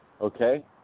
Okay